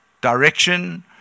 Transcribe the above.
direction